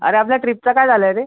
अरे आपल्या ट्रीपचं काय झालं आहे रे